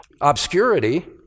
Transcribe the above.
obscurity